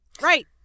Right